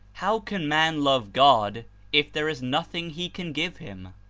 how can man love god if there is nothing he can give him?